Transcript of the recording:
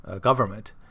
government